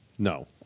No